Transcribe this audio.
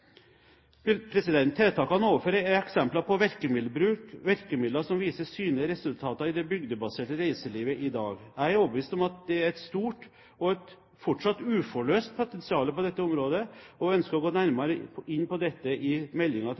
Tiltakene ovenfor er eksempler på virkemiddelbruk, virkemidler som viser synlige resultater i det bygdebaserte reiselivet i dag. Jeg er overbevist om at det er et stort og fortsatt uforløst potensial på dette området, og ønsker å gå nærmere inn på dette i meldingen til